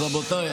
רבותיי,